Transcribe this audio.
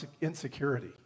insecurity